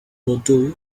bordeaux